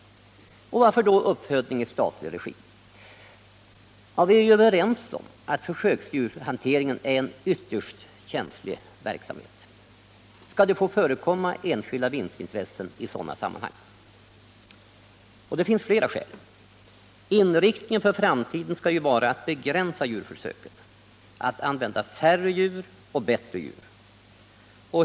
Varför uppfödning i statlig regi? Jo, vi är överens om att försöksdjurshanteringen är en ytterst känslig verksamhet. Skall det få förekomma enskilda vinstintressen i sådana sammanhang? Det finns flera skäl för uppfödning i statlig regi. Inriktningen för framtiden skall ju vara att begränsa djurförsöken, att använda färre djur och bättre djur.